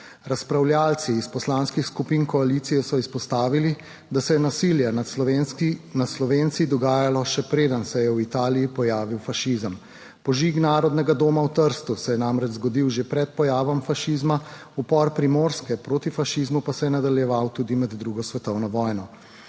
Razpravljavci iz poslanskih skupin koalicije so izpostavili, da se je nasilje nad Slovenci dogajalo, še preden se je v Italiji pojavil fašizem. Požig Narodnega doma v Trstu se je namreč zgodil že pred pojavom fašizma, upor Primorske proti fašizmu pa se je nadaljeval tudi med drugo svetovno vojno.